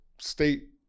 state